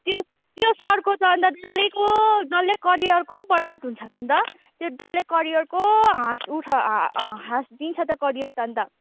त्यो त्यो सरको त अन्त डल्लैको डल्लै करियरको बर्बाद हुन्छ अन्त त्यो डल्लै करियरको ह्रास उठा ह्रास दिन्छ त करियर त अन्त